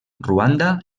ruanda